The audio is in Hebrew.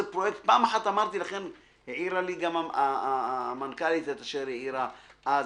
העירה לי המנכ"לית, מה,